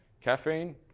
Caffeine